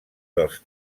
dels